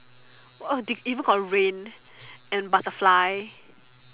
!wah! they even got rain and butterfly